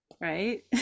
Right